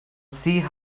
sea